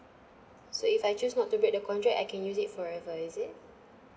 so if I choose not to break the contract I can use it forever is it